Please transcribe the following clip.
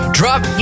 drop